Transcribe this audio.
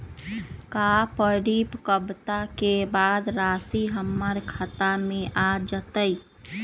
का परिपक्वता के बाद राशि हमर खाता में आ जतई?